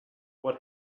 what